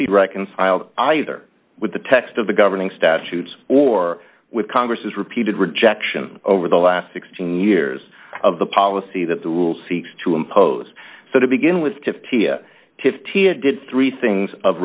be reconciled either with the text of the governing statutes or with congress repeated rejection over the last sixteen years of the policy that the rule seeks to impose so to begin with fifty a fifty it did three things of